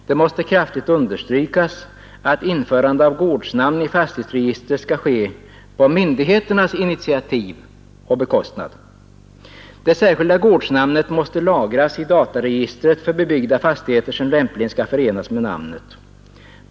Det måste kraftigt understrykas att införande av gårdsnamn i fastighetsregistret skall ske på myndigheternas initiativ och bekostnad. Det särskilda gårdsnamnet måste lagras i dataregistret för bebyggda fastigheter som lämpligen skall förenas med namnet.